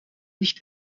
nicht